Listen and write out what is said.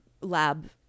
lab